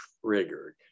triggered